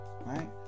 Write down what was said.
right